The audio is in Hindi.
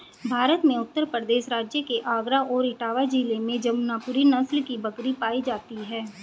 भारत में उत्तर प्रदेश राज्य के आगरा और इटावा जिले में जमुनापुरी नस्ल की बकरी पाई जाती है